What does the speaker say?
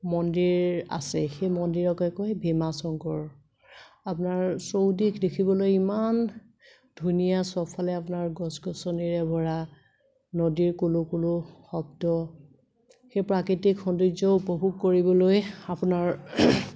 মন্দিৰ আছে সেই মন্দিৰকে কয় ভীমা শংকৰ আপোনাৰ চৌদিশ দেখিবলৈ ইমান ধুনীয়া চবফালে আপোনাৰ গছ গছনিৰে ভৰা নদীৰ কুলু কুলু শব্দ সেই প্ৰাকৃতিক সৌন্দৰ্যও উপভোগ কৰিবলৈ আপোনাৰ